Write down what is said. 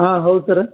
ಹಾಂ ಹೌದು ಸರ